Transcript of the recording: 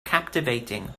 captivating